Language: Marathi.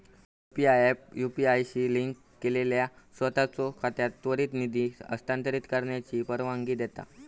यू.पी.आय ऍप यू.पी.आय शी लिंक केलेल्या सोताचो खात्यात त्वरित निधी हस्तांतरित करण्याची परवानगी देता